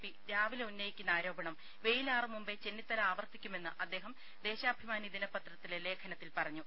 P രാവിലെ ഉന്നയിക്കുന്ന ആരോപണം വെയിലാറും മുമ്പെ ചെന്നിത്തല ആവർത്തിക്കുമെന്ന് അദ്ദേഹം ദേശാഭിമാനി ദിനപത്രത്തിലെ ലേഖനത്തിൽ പറഞ്ഞു